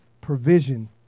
Provision